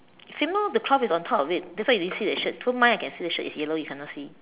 same lor the cloth is on top of it that's why you didn't see the shirt so mine I can see the shirt it's yellow you cannot see